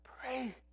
pray